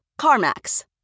CarMax